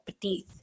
beneath